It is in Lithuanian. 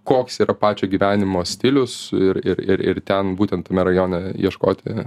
koks yra pačio gyvenimo stilius ir ir ir ir ten būtent tame rajone ieškoti